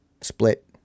split